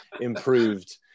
improved